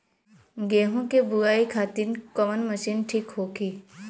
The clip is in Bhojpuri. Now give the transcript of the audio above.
गेहूँ के बुआई खातिन कवन मशीन ठीक होखि?